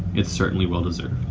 it's certainly well deserved.